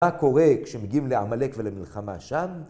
‫מה קורה כשמגיעים לעמלק ‫ולמלחמה שם?